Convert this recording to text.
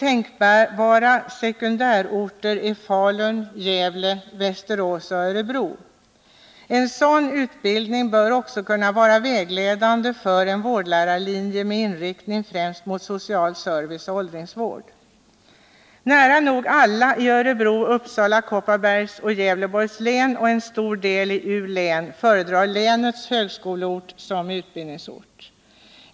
Tänkbara sekundärorter är Falun, Gävle, Västerås och Örebro. En sådan utbildning som den föreslagna bör också kunna vara vägledande för en vårdlärarlinje med inriktning främst mot social service och åldringsvård. Nära nog alla i Örebro, Uppsala, Kopparbergs och Gävleborgs län, och en stor del i Västmanlands län, föredrar länets högskoleort och utbildningsort.